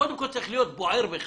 קודם כל צריך להיות בוער לך.